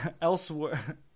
elsewhere